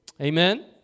Amen